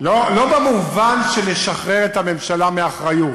לא במובן של לשחרר את הממשלה מאחריות.